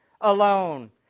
alone